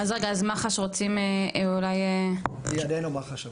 אז רגע, אז מח"ש רוצים אולי להגיב רגע?